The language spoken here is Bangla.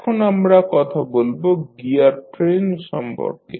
এখন আমরা কথা বলব গিয়ার ট্রেন সম্পর্কে